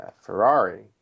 Ferrari